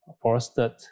forested